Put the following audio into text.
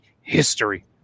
history